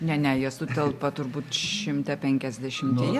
ne ne jie sutelpa turbūt šimta penkiasdešimtyje